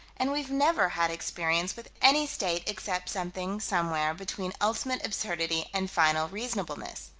and we've never had experience with any state except something somewhere between ultimate absurdity and final reasonableness.